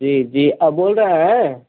जी जी अ बोल रहे हैं